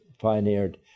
Pioneered